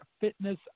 fitness